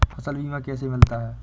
फसल बीमा कैसे मिलता है?